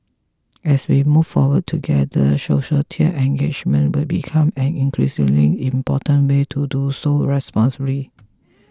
as we move forward together societal engagement will become an increasingly important way to do so responsibly